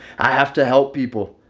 i have to help people.